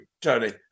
Tony